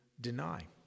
deny